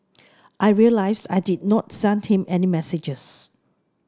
I realised I did not send him any messages